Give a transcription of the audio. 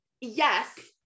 yes